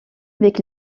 avec